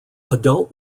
adult